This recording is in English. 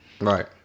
Right